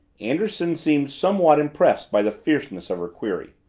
anderson seemed somewhat impressed by the fierceness of her query.